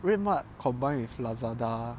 RedMart combine with Lazada